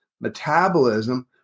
metabolism